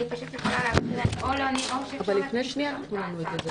אני יכולה להקריא או שאפשר להדפיס את ההצעה.